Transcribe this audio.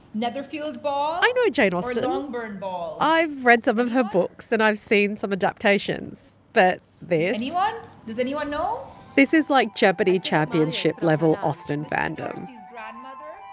netherfield ball. i know jane austen. or longbourn ball? i've read some of her books, and i've seen some adaptations. but this. anyone does anyone know? this is like jeopardy! championship-level austen fandom. mr. darcy's grandmother.